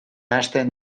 nahasten